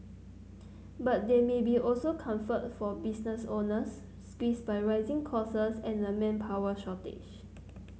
but there may be also comfort for business owners squeezed by rising costs and a manpower shortage